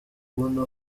kubona